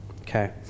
Okay